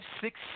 six